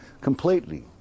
completely